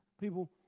people